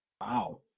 Wow